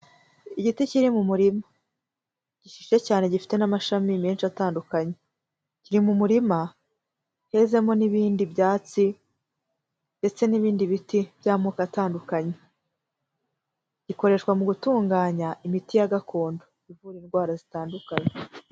Igiti kiri mu murima gishishye cyane gifite n'amashami menshi atandukanye, kiri mu murima hezemo n'ibindi byatsi ndetse n'ibindi biti by'amoko atandukanye, gikoreshwa mu gutunganya imiti ya gakondo ivura indwara zitandukanye.